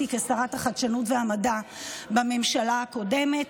כשרת החדשנות והמדע בממשלה הקודמת,